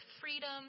freedom